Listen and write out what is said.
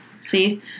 See